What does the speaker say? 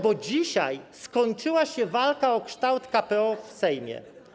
Bo dzisiaj skończyła się walka o kształt KPO w Sejmie.